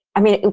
i mean,